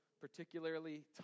particularly